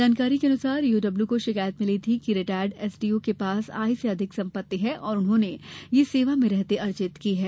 जानकारी के मुताबिक ईओडब्ल्यू को शिकायत मिली थी कि रिटायर्ड एसडीओ के पास आय से अधिक संपत्ति है और उन्होंने यह सेवा में रहते अर्जित की है